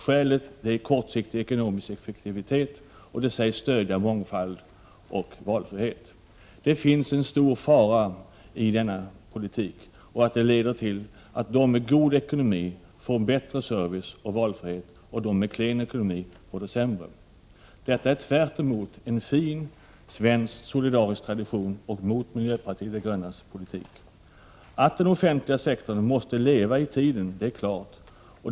Skälet är kortsiktig ekonomisk effektivitet som sägs stödja mångfald och valfrihet. Det finns en stor fara att denna politik leder till att de med god ekonomi får en bättre service och valfrihet och de med klen ekonomi får det sämre. Detta är tvärtemot en fin svensk solidarisk tradition och miljöpartiet de grönas politik. Att den offentliga sektorn måste leva i tiden är klart.